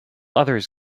others